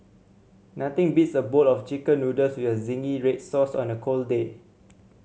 nothing beats a bowl of Chicken Noodles with zingy red sauce on a cold day